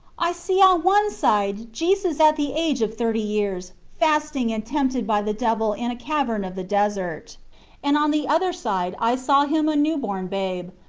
i see on one side jesus at the age of thirty years fasting and tempted by the devil in a cavern of the desert and on the other side i saw him a new-born babe,